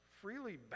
freely